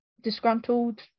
disgruntled